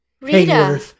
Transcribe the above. Rita